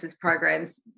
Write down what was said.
programs